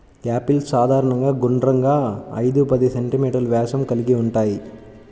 apples సాధారణంగా గుండ్రంగా, ఐదు పది సెం.మీ వ్యాసం కలిగి ఉంటాయి